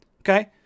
Okay